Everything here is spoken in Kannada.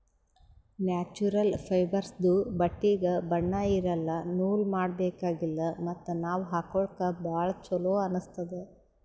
ನ್ಯಾಚುರಲ್ ಫೈಬರ್ಸ್ದು ಬಟ್ಟಿಗ್ ಬಣ್ಣಾ ಇರಲ್ಲ ನೂಲ್ ಮಾಡಬೇಕಿಲ್ಲ ಮತ್ತ್ ನಾವ್ ಹಾಕೊಳ್ಕ ಭಾಳ್ ಚೊಲೋ ಅನ್ನಸ್ತದ್